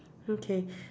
okay